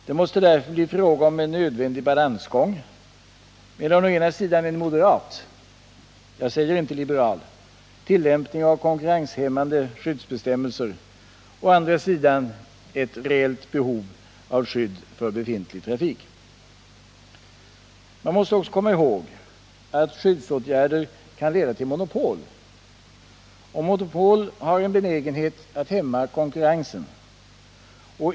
Det måste därför bli fråga om en nödvändig balansgång mellan å ena sidan en moderat — jag säger inte liberal — tillämpning av konkurrenshämmande skyddsbestämmelser och å andra sidan ett reellt behov av skydd för befintlig trafik. Man måste också komma ihåg att skyddsåtgärder kan leda till monopol. Och monopol har en benägenhet att hämma konkurrensen.